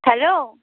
hello